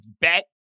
bet